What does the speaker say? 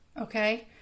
Okay